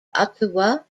ottawa